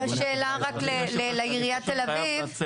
רק שאלה לעיריית תל אביב --- אני פשוט חייב לצאת.